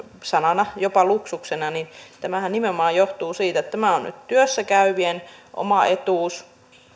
jopa luksuksena johtuu nimenomaan siitä että tämä on nyt työssä käyvien oma etuus